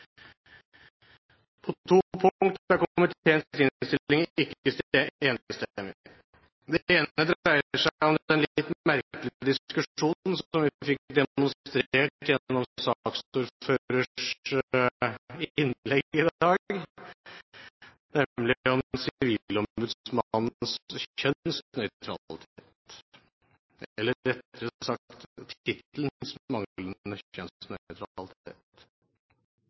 På to punkter er komiteens innstilling ikke enstemmig. Det ene dreier seg om den litt merkelige diskusjonen som vi fikk demonstrert gjennom saksordførerens innlegg i dag, nemlig om sivilombudsmannens kjønnsnøytralitet, eller rettere sagt